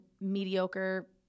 mediocre